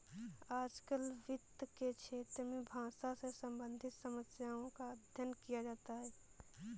आजकल वित्त के क्षेत्र में भाषा से सम्बन्धित समस्याओं का अध्ययन किया जाता है